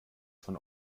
von